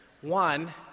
One